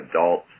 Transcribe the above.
adults